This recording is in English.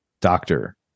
doctor